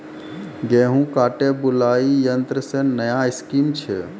गेहूँ काटे बुलाई यंत्र से नया स्कीम छ?